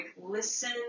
listen